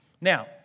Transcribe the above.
Now